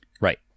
Right